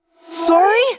Sorry